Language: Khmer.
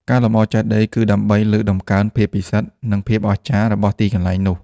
ការលម្អចេតិយ គឺដើម្បីលើកតម្កើងភាពពិសិដ្ឋ និងភាពអស្ចារ្យ របស់ទីកន្លែងនោះ។